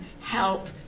help